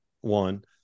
one